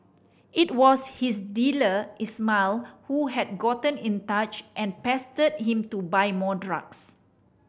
it was his dealer Ismail who had gotten in touch and pestered him to buy more drugs